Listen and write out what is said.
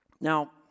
Now